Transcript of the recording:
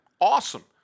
awesome